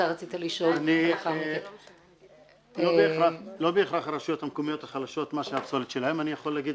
לא בהכרח רשויות מקומיות החלשות --- אני יכול להגיד